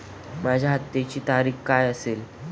माझ्या हप्त्याची तारीख काय असेल?